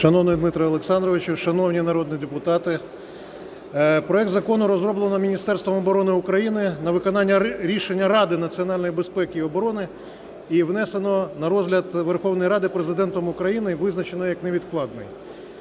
Шановний Дмитре Олександровичу, шановні народні депутати. Проект Закону розроблено Міністерством оборони України на виконання Рішення Ради національної безпеки і оборони, і внесено на розгляд Верховної Ради Президентом України і визначено як невідкладний.